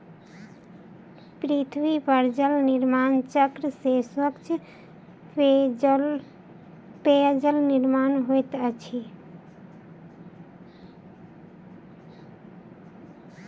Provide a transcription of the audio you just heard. पृथ्वी पर जल निर्माण चक्र से स्वच्छ पेयजलक निर्माण होइत अछि